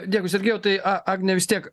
dėkui sergėjau tai a agne vis tiek